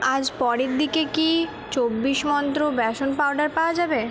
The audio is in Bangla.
আজ পরের দিকে কি চব্বিশ মন্ত্র বেসম পাউডার পাওয়া যাবে